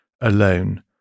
alone